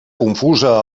confusa